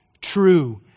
true